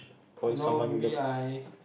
wrong maybe I